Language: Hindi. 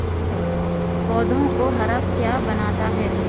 पौधों को हरा क्या बनाता है?